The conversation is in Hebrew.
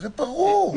זה ברור.